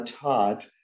taught